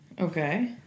Okay